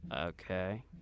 Okay